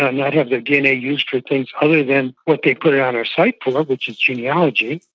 not have their dna used for things other than what they put it on our site for, like which is genealogy.